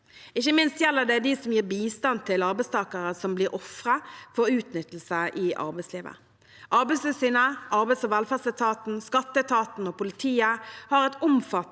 Ikke minst gjelder det de som gir bistand til arbeidstakere som blir ofre for utnyttelse i arbeidslivet. Arbeidstilsynet, arbeids- og velferdsetaten, skatteetaten og politiet har et omfattende